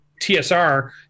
TSR